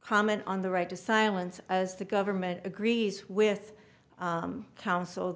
comment on the right to silence as the government agrees with